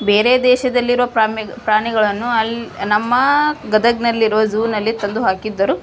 ಬೇರೆ ದೇಶದಲ್ಲಿರುವ ಪ್ರಾಣಿ ಪ್ರಾಣಿಗಳನ್ನು ಅಲ್ಲಿ ನಮ್ಮ ಗದಗಿನಲ್ಲಿರುವ ಝೂನಲ್ಲಿ ತಂದು ಹಾಕಿದ್ದರು